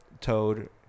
Toad